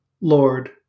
Lord